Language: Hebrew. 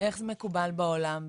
הוא מוגבל לצפייה רק בבית